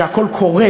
שהכול קורס,